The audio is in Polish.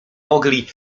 mogli